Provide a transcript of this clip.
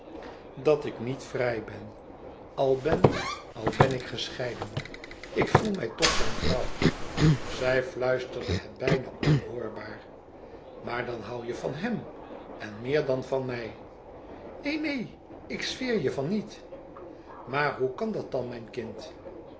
dat ik niet vrij ben al ben al ben ik gescheiden ik voel mij toch zijn vrouw zij fluisterde het bijna onhoorbaar maar dan hoû je van hem en meer dan van mij neen neen ik zweer je van niet maar hoe kan dat dan mijn kind